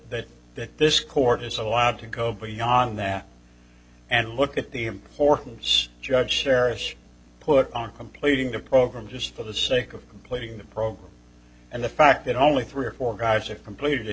that that this court is allowed to go beyond that and look at the importance judge cherish put on completing the program just for the sake of completing the program and the fact that only three or four guys are completed